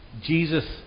Jesus